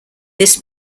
this